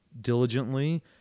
diligently